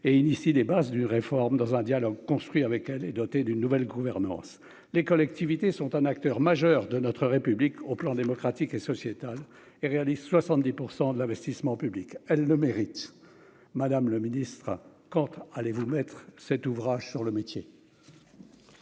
et initie les bases d'une réforme dans un dialogue construit avec elle est dotée d'une nouvelle gouvernance, les collectivités sont un acteur majeur de notre République au plan démocratique et sociétal et réalise 70 % de l'investissement public, elle ne mérite, madame le ministre : quand allez-vous mettre cet ouvrage sur le métier.